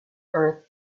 earth